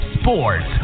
Sports